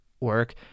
work